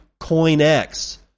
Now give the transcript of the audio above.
CoinX